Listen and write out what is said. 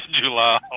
July